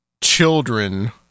children